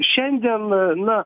šiandien na